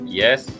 yes